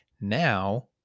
now